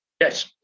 Yes